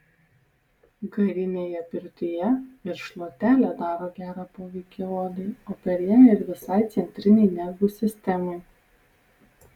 garinėje pirtyje ir šluotelė daro gerą poveikį odai o per ją ir visai centrinei nervų sistemai